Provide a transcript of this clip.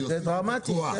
זה דרמטי.